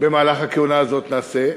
במהלך הכהונה הזאת, נעשה,